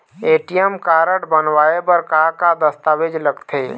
ATM card बनवाए बर का का दस्तावेज लगथे?